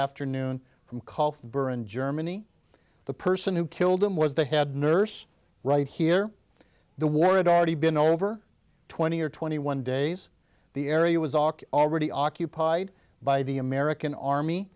afternoon from call for burr in germany the person who killed him was the head nurse right here the war had already been over twenty or twenty one days the area was already occupied by the american army